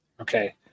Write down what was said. Okay